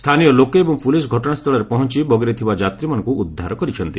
ସ୍ଥାନୀୟ ଲୋକେ ଏବଂ ପୁଲିସ୍ ଘଟଣାସ୍ଥଳରେ ପହଞ୍ଚ ବଗିରେ ଥିବା ଯାତ୍ରୀଙ୍କୁ ଉଦ୍ଧାର କରିଛନ୍ତି